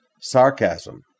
Sarcasm